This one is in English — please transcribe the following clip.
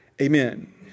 amen